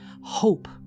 hope